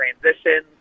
transition